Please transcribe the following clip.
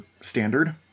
standard